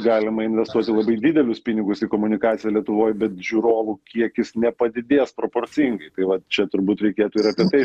galima investuoti labai didelius pinigus į komunikaciją lietuvoj bet žiūrovų kiekis nepadidės proporcingai tai va čia turbūt reikėtų ir apie tai